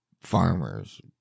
farmers